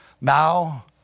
Now